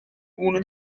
uno